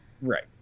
Right